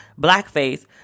blackface